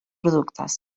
productes